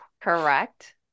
correct